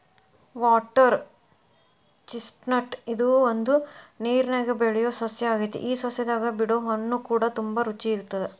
water chestnut ಇದು ಒಂದು ನೇರನ್ಯಾಗ ಬೆಳಿಯೊ ಸಸ್ಯ ಆಗೆತಿ ಈ ಸಸ್ಯದಾಗ ಬಿಡೊ ಹಣ್ಣುಕೂಡ ತುಂಬಾ ರುಚಿ ಇರತ್ತದ